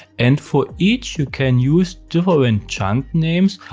and for each, you can use different chunk names,